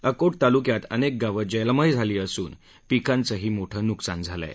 अकोट ताल्क्यात अनेक गावं जलमय झाली असून पिकांचंही न्कसान झालं आहे